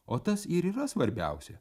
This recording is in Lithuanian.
o tas ir yra svarbiausia